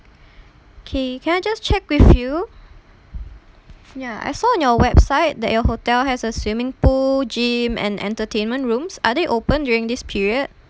okay can I just check with you ya I saw on your website that your hotel has a swimming pool gym and entertainment rooms are they open during this period